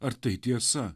ar tai tiesa